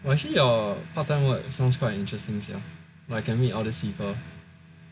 well actually your part time what sounds quite interesting sia like can meet all these people